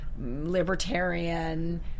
libertarian